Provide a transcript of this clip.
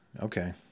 Okay